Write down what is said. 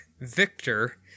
Victor